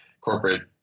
corporate